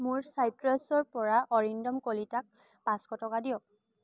মোৰ চাইট্ৰাছৰ পৰা অৰিন্দম কলিতাক পাঁচশ টকা দিয়ক